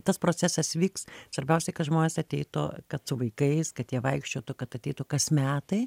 tas procesas vyks svarbiausia kad žmonės ateitų kad su vaikais kad jie vaikščiotų kad ateitų kas metai